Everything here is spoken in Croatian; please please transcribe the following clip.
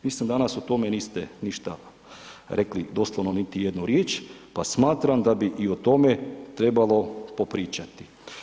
Mislim da danas o tome niste ništa rekli doslovno niti jednu riječ pa smatram da bi i o tome trebalo popričati.